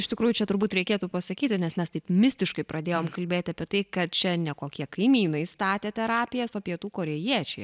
iš tikrųjų čia turbūt reikėtų pasakyti nes mes taip mistiškai pradėjom kalbėti apie tai kad čia nekokie kaimynai statė terapijas o pietų korėjiečiai